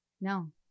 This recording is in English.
No